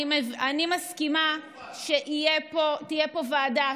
אני מסכימה שתהיה פה ועדה,